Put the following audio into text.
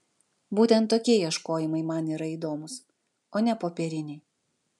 būtent tokie ieškojimai man yra įdomūs o ne popieriniai